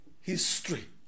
History